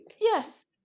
Yes